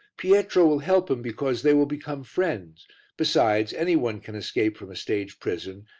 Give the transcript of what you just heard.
pietro will help him because they will become friends besides, any one can escape from a stage prison,